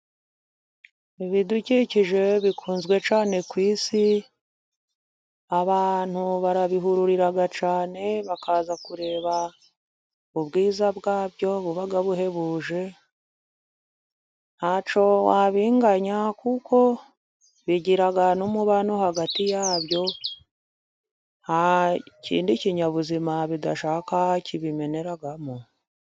Ibidukikije bikunzwe cyane ku isi, abantu barabihururira cyane bakaza kureba ubwiza bwabyo buba buhebuje. Ntacyo wabinganya kuko bigira n'umubano hagati yabyo, nta kindi kinyabuzima bidashaka kibimeneramo.